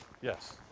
Yes